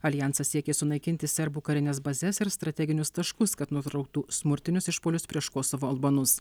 aljansas siekė sunaikinti serbų karines bazes ir strateginius taškus kad nutrauktų smurtinius išpuolius prieš kosovo albanus